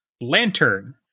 Lantern